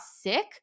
sick